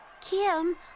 Kim